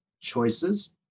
choices